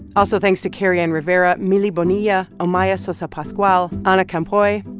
also thanks to kerrianne rivera, millie bonilla, omaya sosa pascual, anna campoi,